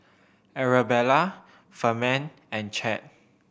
Arabella Ferman and Chadd